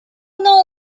know